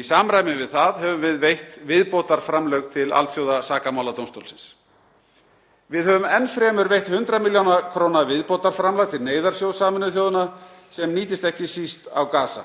Í samræmi við það höfum við veitt viðbótarframlög til alþjóðlega sakamáladómstólsins. Við höfum enn fremur veitt 100 millj. kr. viðbótarframlag til neyðarsjóðs Sameinuðu þjóðanna sem nýtist ekki síst á Gaza.